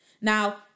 Now